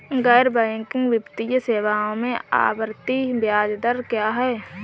गैर बैंकिंग वित्तीय सेवाओं में आवर्ती ब्याज दर क्या है?